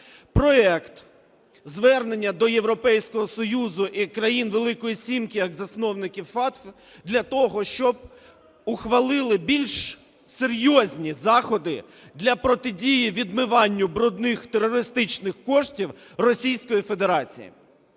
проект Звернення до Європейського Союзу та країн "Великої сімки" як засновників FATF для того, щоб ухвалили більш серйозні заходи для протидії відмиванню брудних терористичних коштів Російської Федерації.